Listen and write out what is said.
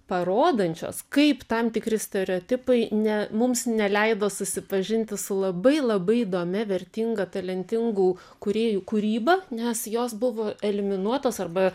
parodančios kaip tam tikri stereotipai ne mums neleido susipažinti su labai labai įdomia vertinga talentingų kūrėjų kūryba nes jos buvo eliminuotos arba